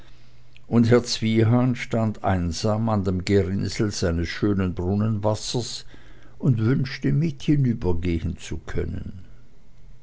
und herr zwiehan stand einsam an dem gerinnsel seines schönen brunnenwassers und wünschte mit hinübergehen zu können